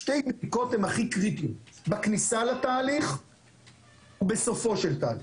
שתי בדיקות הן הכי קריטיות: בכניסה לתהליך ובסופו של תהליך.